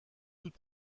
toute